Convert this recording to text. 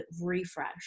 refresh